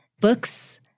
books